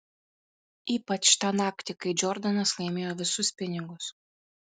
ypač tą naktį kai džordanas laimėjo visus pinigus